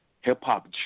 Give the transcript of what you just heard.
Hip-hop